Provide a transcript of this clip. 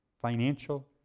financial